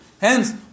Hence